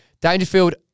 Dangerfield